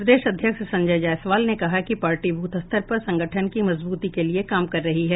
प्रदेश अध्यक्ष संजय जायसवाल ने कहा कि पार्टी ब्रथ स्तर पर संगठन की मजबूती के लिए काम कर रही है